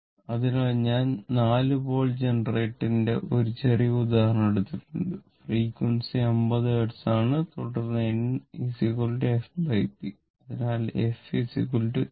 അതിനാൽ ഞാൻ 4 പോൾ ജനറേറ്ററിന്റെ ഒരു ചെറിയ ഉദാഹരണം എടുത്തിട്ടുണ്ട് ഫ്രിക്യുഎൻസി 50 ഹെർട്സ് ആണ് തുടർന്ന് n fp അതിനാൽ f np